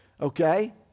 Okay